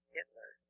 Hitler